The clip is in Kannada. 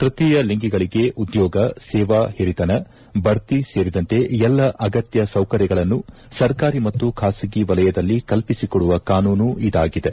ತ್ಯತೀಯ ಲಿಂಗಿಗಳಿಗೆ ಉದ್ಯೋಗ ಸೇವಾ ಹಿರಿತನ ಬಡ್ತಿ ಸೇರಿದಂತೆ ಎಲ್ಲ ಅಗತ್ಯ ಸೌಕರ್ಗಳನ್ನು ಸರ್ಕಾರಿ ಮತ್ತು ಖಾಸಗಿ ವಲಯದಲ್ಲಿ ಕಲ್ಪಿಸಿಕೊಡುವ ಕಾನೂನು ಇದಾಗಿದೆ